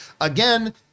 Again